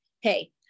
hey